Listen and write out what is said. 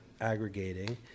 aggregating